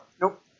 Nope